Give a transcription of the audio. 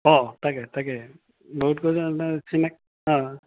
অঁ তাকে তাকে বহুত কয় নহয় চিনাকি অঁ